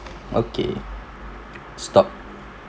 okay stop